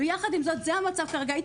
ויחד עם זאת זה המצב כרגע.